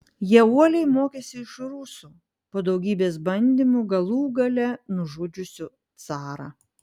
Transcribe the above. jie uoliai mokėsi iš rusų po daugybės bandymų galų gale nužudžiusių carą